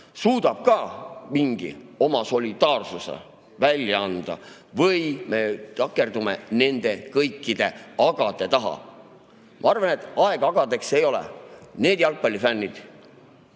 suudab mingit oma solidaarsust välja näidata või me takerdume nende kõikide agade taha? Ma arvan, et aega agadeks ei ole. Need jalgpallifännid,